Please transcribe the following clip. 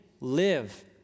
live